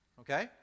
Okay